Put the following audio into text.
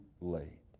late